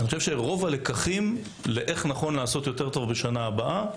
רוב הלקחים הם על איך נכון לעשות טוב יותר בשנה הבאה.